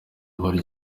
barya